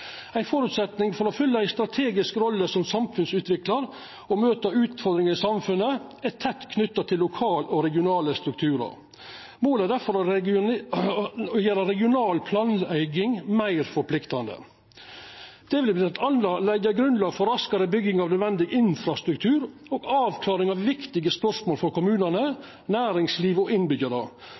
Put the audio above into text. ei strategisk rolle som samfunnsutviklar og møta utfordringane i samfunnet er tett knytt til lokale og regionale strukturar. Målet er difor å gjera regional planlegging meir forpliktande. Det vil bl.a. leggja grunnlag for raskare bygging av nødvendig infrastruktur og avklaring av viktige spørsmål for kommunane, næringsliv og innbyggjarar,